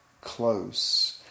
close